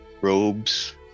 robes